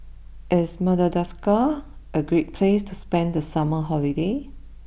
is Madagascar a Great place to spend the summer holiday